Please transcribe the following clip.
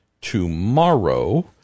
tomorrow